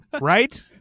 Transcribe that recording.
right